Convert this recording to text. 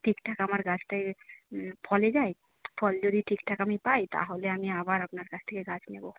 ঠিকঠাক আমার গাছটায় ফলে যায় ফল যদি ঠিকঠাক আমি পাই তাহলে আমি আবার আপনার কাছ থেকে গাছ নেবো